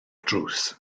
drws